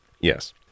Yes